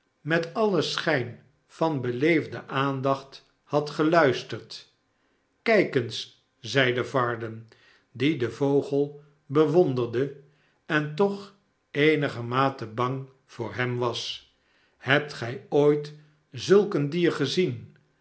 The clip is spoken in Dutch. met alien schijn van beleefde aandacht had geluisterd kijk eens zeide varden die den vogel bewonderde en toch eenigermate bang voor hem was hebt gij ooit zulk een dier gezien